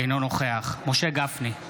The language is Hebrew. אינו נוכח משה גפני,